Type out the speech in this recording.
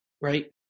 right